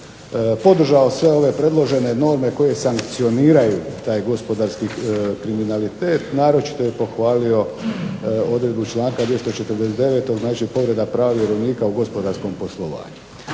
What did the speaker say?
podržao sve ove predložene norme koje sankcioniraju taj gospodarski kriminalitet. Naročito je pohvalio odredbu članku 249. Znači povreda prava vjerovnika u gospodarskom poslovanju.